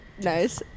Nice